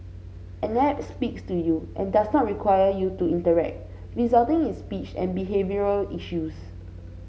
an app speaks to you and does not require you to interact resulting in speech and behavioural issues